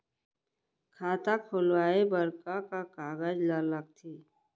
खाता खोलवाये बर का का कागज ल लगथे?